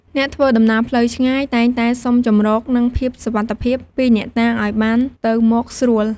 អ្នកធ្វើដំណើរផ្លូវឆ្ងាយតែងតែសុំជម្រក និងភាពសុវត្ថិភាពពីអ្នកតាឱ្យបានទៅមកស្រួល។